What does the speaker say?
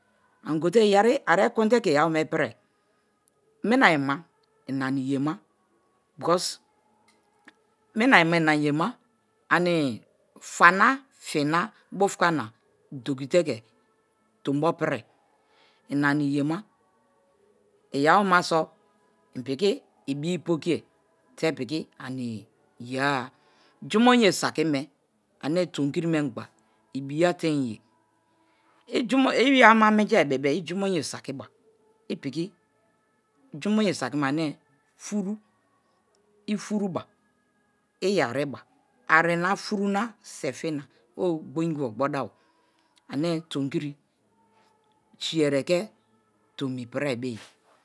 Ani̱gote ye̱ri̱ are̱ ekwe̱nte̱ ke̱ iyawo̱me pi̱ri̱re, mi̱na-ayima inani yema because mina-ayima inani yema ani fi̱ na, fi̱ na, bufuka na dokite ke tombo pirie inaniyema, iyawomemaso iripiki ibii poki̱ye̱ te pi̱ki̱ ani yea. Jumoyea sakime ane tomikiri mengba ibiyateinye. Iyama menji bebe-e ijumoyea saki̱ba i pi̱ki̱ jumoyea sakima ane fu̱ru̱, i furuba, ane tomi̱ki̱ri̱ si̱ ere̱ ke̱ tomi pi̱ri̱ari̱ bo̱ye̱.